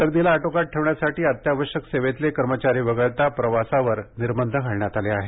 गर्दीला आटोक्यात ठेवण्यासाठी अत्यावश्यक सेवेतले कर्मचारी वगळता प्रवासावर निर्बंध घालण्यात आले आहेत